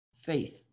Faith